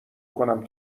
کنم